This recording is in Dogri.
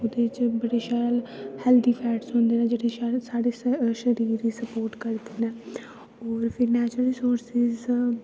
ओह्दे च बड़े शैल हैल्दी फैट्स होंदे न जेह्ड़े साढ़े शरीर गा स्पोर्ट करदे न और फिर नेचुरल रिसोरसिस